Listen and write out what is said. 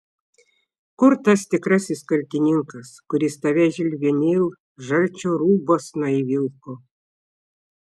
kur tas tikrasis kaltininkas kuris tave žilvinėl žalčio rūbuosna įvilko